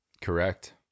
correct